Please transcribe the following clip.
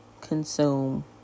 consume